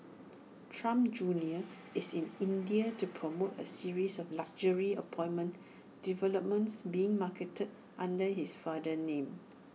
Trump junior is in India to promote A series of luxury apartment developments being marketed under his father's name